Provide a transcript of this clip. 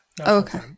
okay